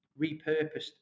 repurposed